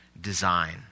design